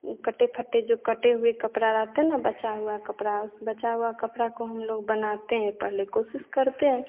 वह कटे फटे जो कटे हुए कपड़ा रहते न बचा हुआ कपड़ा उस बचा हुआ कपड़ा को हम लोग बनाते हैं पहले कोशिश करते हैं